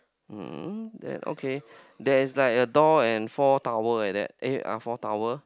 um then okay there is like a door and four towel like that eh four towel